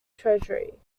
treasury